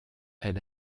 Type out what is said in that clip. elle